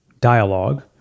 dialogue